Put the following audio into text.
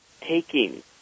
taking